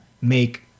make